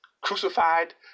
crucified